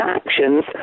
actions